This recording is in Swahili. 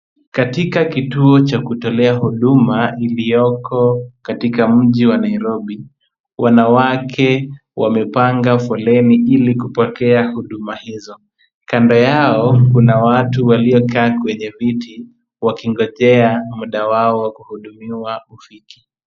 Katika kituo cha kutolea huduma ilioko katika mji wa Nairobi, wanawake wamepanga foleni ili kupokea huduma hizo. Kando yao kuna watu waliokaa kwenye viti wakingojea muda wao wa kuhudumiwa ufike.